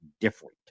different